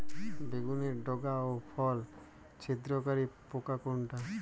বেগুনের ডগা ও ফল ছিদ্রকারী পোকা কোনটা?